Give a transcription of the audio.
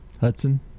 Hudson